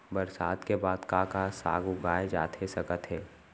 बरसात के बाद का का साग उगाए जाथे सकत हे?